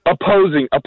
Opposing